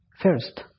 First